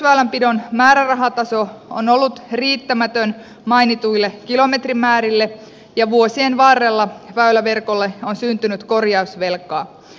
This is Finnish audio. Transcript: perusväylänpidon määrärahataso on ollut riittämätön mainituille kilometrimäärille ja vuosien varrella väyläverkolle on syntynyt korjausvelkaa